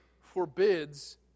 forbids